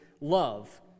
love